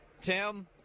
Tim